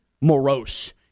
morose